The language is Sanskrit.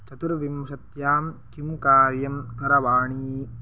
चतुर्विंशत्यां किं कार्यं करवाणी